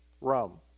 Rome